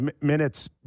minutes